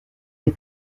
est